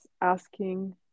asking